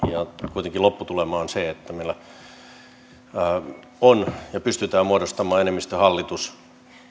kuitenkin lopputulema on se että meillä pystytään muodostamaan enemmistöhallitus